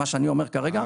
מה שאני אומר כרגע.